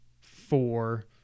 four